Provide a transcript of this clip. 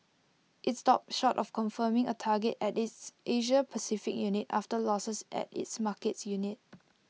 IT stopped short of confirming A target at its Asia Pacific unit after losses at its markets unit